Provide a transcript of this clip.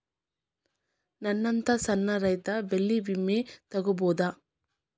ನನ್ನಂತಾ ಸಣ್ಣ ರೈತ ಬೆಳಿ ವಿಮೆ ತೊಗೊಬೋದ?